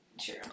True